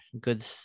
good